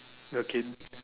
okay